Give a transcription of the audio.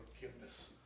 forgiveness